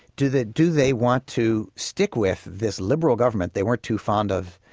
do they do they want to stick with this liberal government they weren't too fond of,